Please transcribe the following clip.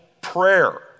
prayer